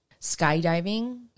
skydiving